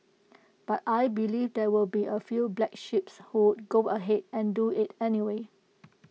but I believe there will be A few black sheeps who would go ahead and do IT anyway